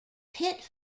pit